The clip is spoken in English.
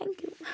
thank you